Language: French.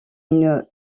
une